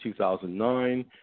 2009